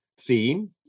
theme